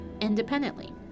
independently